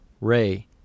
Ray